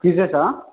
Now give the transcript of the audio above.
quiz తోనా